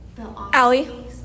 Allie